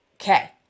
okay